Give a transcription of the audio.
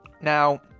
Now